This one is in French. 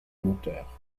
moteur